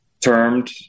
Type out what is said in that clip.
termed